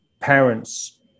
parents